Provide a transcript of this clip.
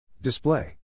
Display